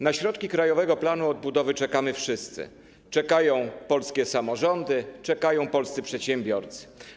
Na środki Krajowego Planu Odbudowy czekamy wszyscy, czekają polskie samorządy, czekają polscy przedsiębiorcy.